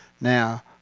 Now